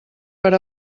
per